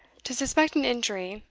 to suspect an injury,